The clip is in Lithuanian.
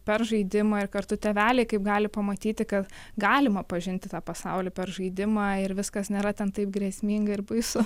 per žaidimą ir kartu tėveliai kaip gali pamatyti kad galima pažinti tą pasaulį per žaidimą ir viskas nėra ten taip grėsminga ir baisu